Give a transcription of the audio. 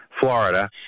florida